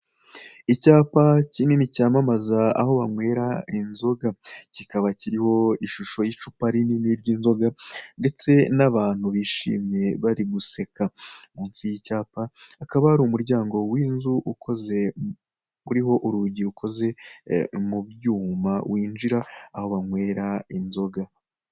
Icyapa kinini cyamamaza aho banywera inzoga, kikaba kiriho ishusho y'icupa rinini ry'inzoga ndetse n'abantu bishimye bari guseka, munsi y'icyapa hakaba hari umuryango w'inzu ukoze, uriho urugi rukoze mu byuma, winjira aho banywera inzoga.